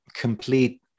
complete